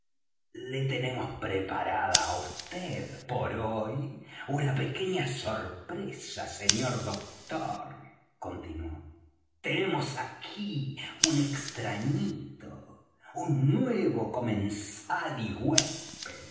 le tenemos preparada á vd por hoy una pequeña sorpresa señor doctor continuó tenemos aquí un extrañito un nuevo comensal